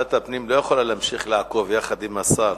ועדת הפנים לא יכולה להמשיך לעקוב יחד עם השר,